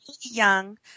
young